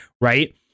Right